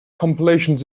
compilations